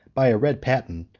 by a red patent,